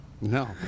No